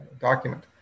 document